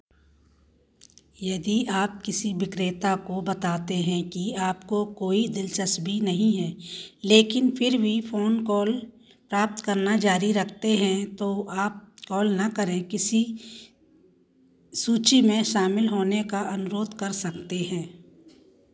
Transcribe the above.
यदि आप किसी विक्रेता को बताते हैं कि आपको कोई दिलचस्पी नहीं है लेकिन फिर भी फोन कॉल प्राप्त करना जारी रखते हैं तो आप कॉल न करें सूची में शामिल होने का अनुरोध कर सकते हैं